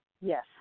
Yes